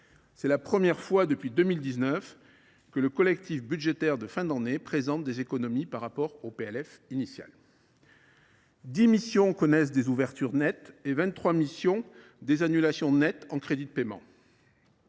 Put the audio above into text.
C’est la première fois depuis 2019 que le collectif budgétaire de fin d’année présente des économies par rapport à la loi de finances initiale. Dix missions connaissent des ouvertures nettes et vingt trois missions des annulations nettes en crédits de paiement.